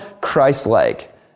Christ-like